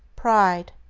pride,